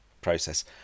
process